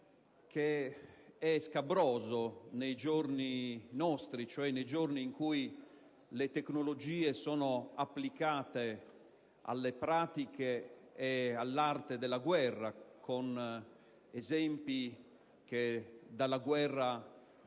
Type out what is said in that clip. che è scabroso ai giorni nostri, quando le tecnologie sono applicate alle pratiche e all'arte della guerra, con esempi che dalla guerra